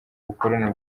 bukoloni